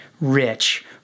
rich